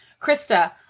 Krista